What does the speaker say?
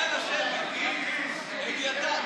נתקבלה.